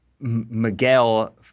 Miguel